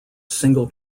single